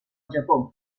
japó